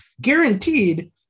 guaranteed